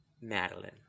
Madeline